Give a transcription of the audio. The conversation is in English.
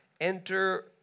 Enter